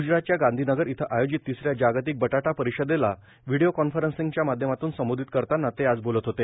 गुजरातच्या गांधीनगर इथं आयोजित तिसऱ्या जागतिक बटाटा परिषदेला व्हिडिओकॉन्फरव्सिंगच्या माध्यमातून संबोधित करताना ते आज बोलत होते